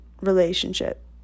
relationship